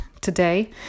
today